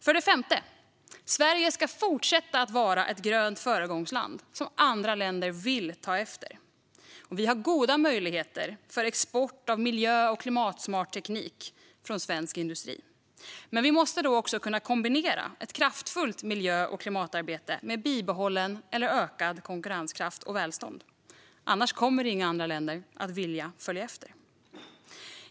För det femte: Sverige ska fortsätta vara ett grönt föregångsland som andra länder vill ta efter. Vi har goda möjligheter för export av miljö och klimatsmart teknik från svensk industri. Men vi måste kunna kombinera ett kraftfullt miljö och klimatarbete med bibehållen eller ökad konkurrenskraft och ökat välstånd. Annars kommer inga andra länder att vilja följa efter.